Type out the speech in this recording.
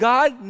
God